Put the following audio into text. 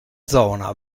zona